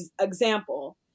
example